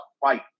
fight